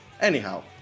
Anyhow